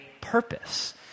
purpose